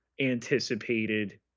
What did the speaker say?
anticipated